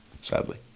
sadly